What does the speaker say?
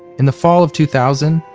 in the fall of two thousand,